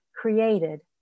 created